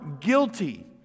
guilty